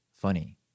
funny